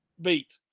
beat